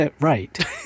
Right